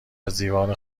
ازدیوار